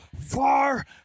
far